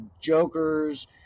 jokers